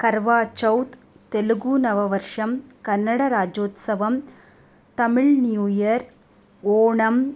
कर्वाचौत् तेल्गुनववर्षं कन्नडराज्योत्सवं तमिळ् न्यूइयर् ओणम्